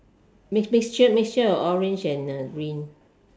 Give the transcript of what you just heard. mix mixture mixture of orange and green